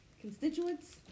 Constituents